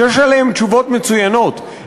שיש עליהן תשובות מצוינות,